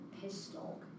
pistol